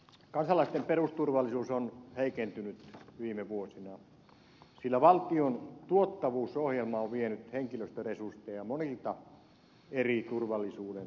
kansalaisten perusturvallisuus on heikentynyt viime vuosina sillä valtion tuottavuusohjelma on vienyt henkilöstöresursseja monilta eri turvallisuuden alueilta